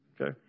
Okay